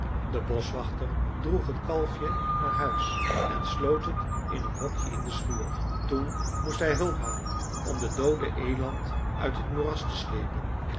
de boschwachter droeg het kalfje naar huis en sloot het in een hokje in de schuur toen moest hij hulp halen om de doode eland uit het moeras te slepen